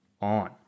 on